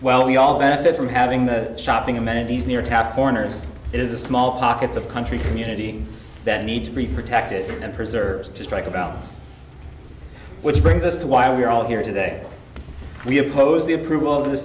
well we all benefit from having the shopping amenities near tap corners it is a small pockets of country community that need to be protected and preserves to strike a balance which brings us to why we're all here today we oppose the approval of this